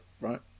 Right